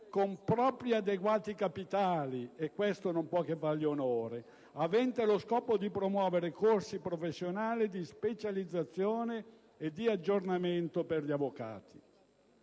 con propri adeguati capitali - questo non può che fargli onore - avente lo scopo di promuovere corsi professionali di specializzazione e di aggiornamento per gli avvocati.